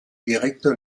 direktor